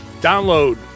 Download